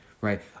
right